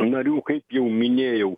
narių kaip jau minėjau